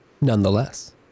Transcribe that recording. nonetheless